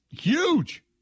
Huge